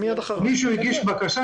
מישהו הגיש בקשה,